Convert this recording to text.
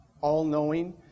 all-knowing